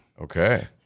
Okay